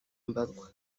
mbarwa